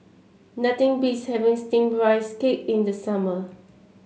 nothing beats having steamed Rice Cake in the summer